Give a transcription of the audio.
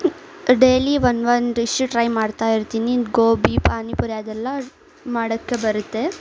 daily ಒಂದು ಒಂದು dish try ಮಾಡ್ತಾಯಿರ್ತೀನಿ ಗೋಭಿ ಪಾನಿಪುರಿ ಅದೆಲ್ಲ ಮಾಡೋಕ್ಕೆ ಬರುತ್ತೆ